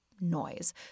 noise